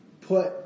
put